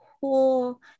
cool